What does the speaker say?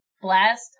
blast